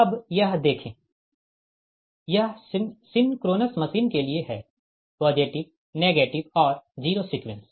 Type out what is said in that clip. अब यह देखें यह सिंक्रोनस मशीन के लिए हैपॉजिटिव नेगेटिव और जीरो सीक्वेंस